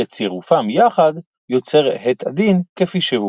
שצירופם יחד יוצר את הדין כפי שהוא.